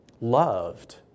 loved